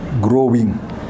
growing